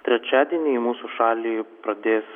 trečiadienį į mūsų šalį pradės